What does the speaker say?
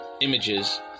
images